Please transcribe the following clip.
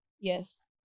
Yes